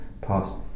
past